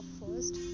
first